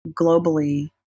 globally